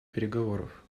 переговоров